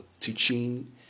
teaching